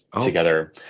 together